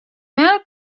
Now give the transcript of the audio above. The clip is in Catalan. mel